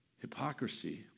Hypocrisy